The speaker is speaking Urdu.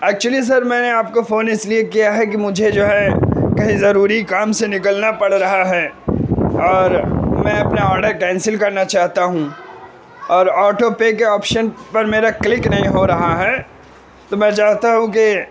اکچولی سر میں نے آپ کو فون اس لیے کیا ہے کہ مجھے جو ہے کہیں ضروری کام سے نکلنا پڑ رہا ہے اور میں اپنا آڈر کینسل کرنا چاہتا ہوں اور آٹو پے کے آپشن پر میرا کلک نہیں ہو رہا ہے تو میں چاہتا ہوں کہ